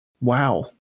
Wow